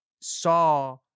saw-